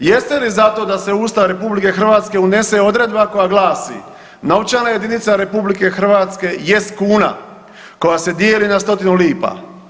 Jeste li za to da se u Ustav RH unese odredba koja glasi, novčana jedinica RH jest kuna koja se dijeli na 100-tinu lipu.